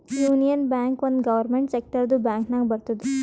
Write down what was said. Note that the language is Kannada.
ಯೂನಿಯನ್ ಬ್ಯಾಂಕ್ ಒಂದ್ ಗೌರ್ಮೆಂಟ್ ಸೆಕ್ಟರ್ದು ಬ್ಯಾಂಕ್ ನಾಗ್ ಬರ್ತುದ್